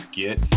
get